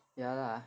ya lah